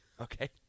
Okay